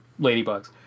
Ladybugs